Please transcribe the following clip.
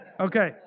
Okay